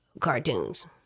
cartoons